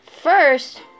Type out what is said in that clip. First